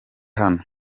hano